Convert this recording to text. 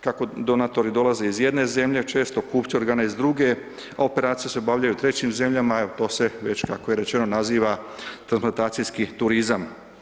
Kako donatori dolaze iz jedne zemlje, često kupci organa iz druge a operacije se obavljaju u trećim zemljama, to se već kako je već rečeno, naziva transplantacijski turizam.